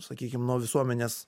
sakykim nuo visuomenės